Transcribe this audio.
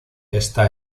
está